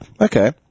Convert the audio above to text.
okay